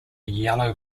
yellow